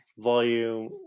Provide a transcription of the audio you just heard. Volume